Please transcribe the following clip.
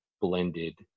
blended